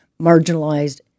marginalized